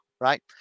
right